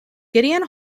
gideon